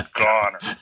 goner